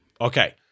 okay